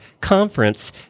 conference